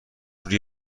روی